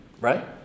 Right